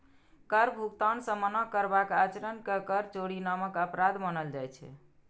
कर भुगतान सं मना करबाक आचरण कें कर चोरी नामक अपराध मानल जाइ छै